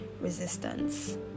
resistance